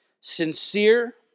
Sincere